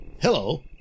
Hello